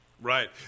Right